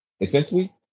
essentially